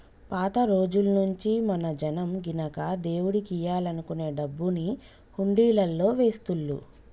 పాత రోజుల్నుంచీ మన జనం గినక దేవుడికియ్యాలనుకునే డబ్బుని హుండీలల్లో వేస్తుళ్ళు